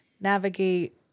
navigate